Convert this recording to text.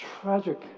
tragic